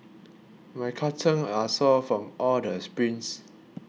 my calves are sore from all the sprints